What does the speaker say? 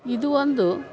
ಇದು ಒಂದು